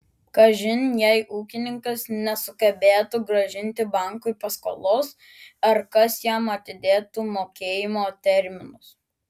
kažin jei ūkininkas nesugebėtų grąžinti bankui paskolos ar kas jam atidėtų mokėjimo terminus